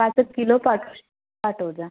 पाच एक किलो पाठू श् पाठव जा